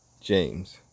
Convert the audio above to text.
James